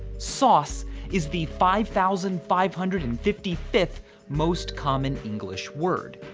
sauce is the five thousand five hundred and fifty fifth most common english word.